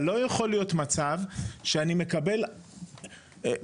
אבל לא יכול להיות מצב שאני מקבל ממשטרת